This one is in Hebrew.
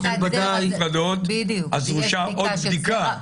--- אז דרושה עוד בדיקה.